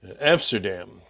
Amsterdam